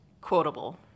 quotable